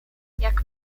jak